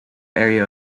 area